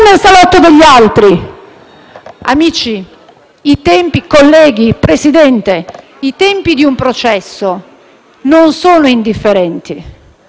nel salotto degli altri. Amici, colleghi, Presidente, i tempi di un processo non sono indifferenti.